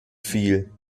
viel